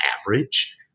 average